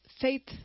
faith